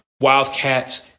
Wildcats